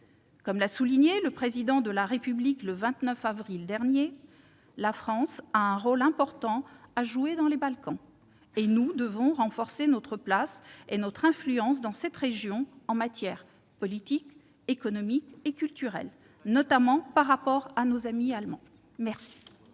Comme l'a souligné le Président de la République le 29 avril dernier, la France a un rôle important à jouer dans les Balkans. Nous devons renforcer notre place et notre influence dans cette région en matière politique, économique et culturelle, notamment par rapport à nos amis allemands. Très